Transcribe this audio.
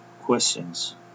questions